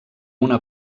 una